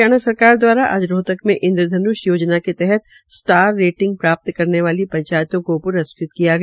हरियाणा सरकार द्वारा आज रोहतक में इन्द्रधन्ष योजना के तहत स्टार रेटिंग प्राप्त करने वाली पंचायतों को प्रस्कृत किया गया